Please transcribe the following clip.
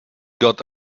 got